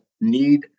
need